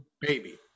baby